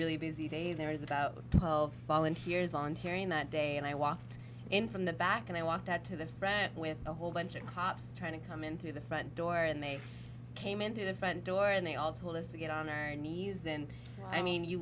really busy day there is about twelve volunteers ontarian that day and i walked in from the back and i want to add to the friend with a whole bunch of cops trying to come in through the front door and they came in through the front door and they all told us to get on our knees and i mean you